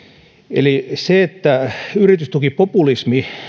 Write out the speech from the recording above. eli yritystukipopulismi